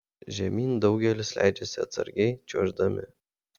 žemyn daugelis leidžiasi atsargiai čiuoždami